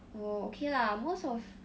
oh okay lah most of